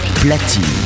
Platine